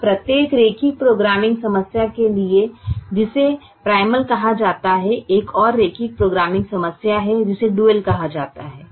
अब प्रत्येक रैखिक प्रोग्रामिंग समस्या के लिए जिसे प्राइमल कहा जाता है एक और रैखिक प्रोग्रामिंग समस्या है जिसे ड्यूल कहा जाता है